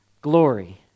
glory